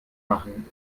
machen